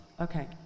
Okay